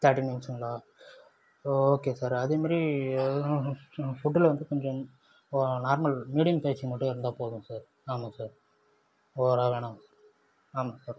thirty மினிட்ஸுங்களா okay sir அதே மேரி ஃபுட்டில் வந்து கொஞ்சம் ஓ நார்மல் மீடியம் சைஸ் மட்டும் இருந்தால் போதும் சார் ஆமாம் சார் ஓவராக வேணாம் ஆமாம் சார்